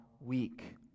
weak